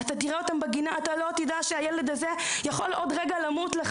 בגינה לא יודעים שהילד הזה יכול עוד רגע למות.